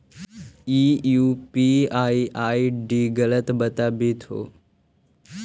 ई UPI ID गलत बताबीत हो